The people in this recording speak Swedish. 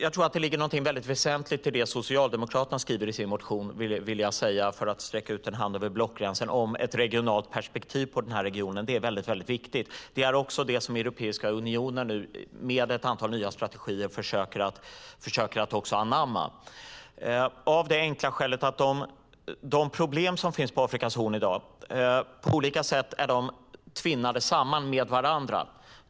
För att sträcka ut en hand över blockgränsen vill jag säga att jag tror att det ligger någonting väldigt väsentligt i det Socialdemokraterna skriver i sin motion om ett regionalt perspektiv på denna region. Det är väldigt viktigt. Det är också det Europeiska unionen nu med ett antal nya strategier försöker anamma. Det är viktigt av det enkla skälet att de problem som finns på Afrikas horn i dag på olika sätt är tvinnade samman med varandra.